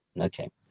Okay